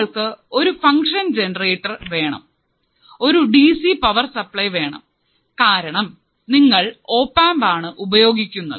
നിങ്ങൾക്കു ഒരു function generator വേണം ഒരു ഡിസി പവർ സപ്ലൈ വേണം കാരണം നിങ്ങൾ ഒപാമ്പാണ് ഉപയോഗിക്കുന്നത്